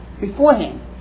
Beforehand